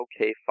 Okay